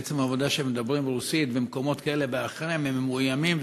מעצם העובדה שהם מדברים רוסית במקומות כאלה ואחרים הם מאוימים,